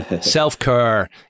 Self-care